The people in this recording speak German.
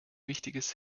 wichtiges